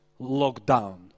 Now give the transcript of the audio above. lockdown